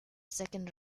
second